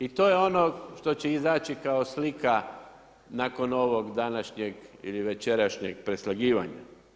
I to je ono što će izaći kao slika nakon ovog današnjeg ili večerašnjeg preslagivanja.